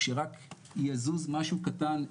שרק יזוז משהו קטן,